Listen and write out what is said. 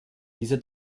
diese